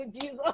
Jesus